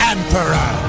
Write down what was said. Emperor